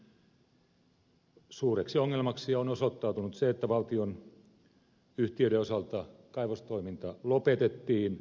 tältä osin suureksi ongelmaksi on osoittautunut se että valtionyhtiöiden osalta kaivostoiminta lopetettiin